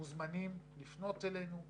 מוזמנים לפנות אלינו.